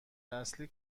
اصلی